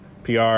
PR